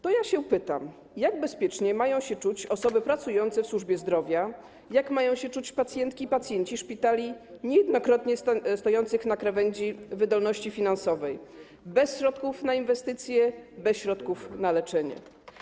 To ja pytam: Jak bezpiecznie mają się czuć osoby pracujące w służbie zdrowia, jak mają się czuć pacjentki i pacjenci szpitali niejednokrotnie stojących na krawędzi wydolności finansowej, bez środków na inwestycje, bez środków na leczenie?